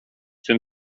tym